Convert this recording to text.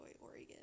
oregon